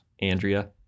Andrea